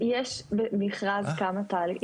יש במכרז כמה תהליכים.